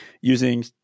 using